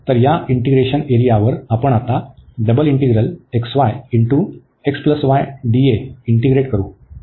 तर या इंटिगरेशन एरियावर आपण आता इंटीग्रेटकरू